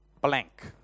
blank